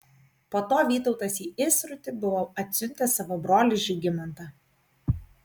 po to vytautas į įsrutį buvo atsiuntęs savo brolį žygimantą